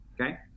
Okay